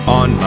on